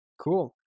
Cool